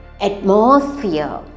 atmosphere